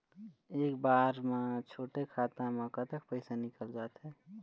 एक बार म छोटे खाता म कतक पैसा निकल जाथे?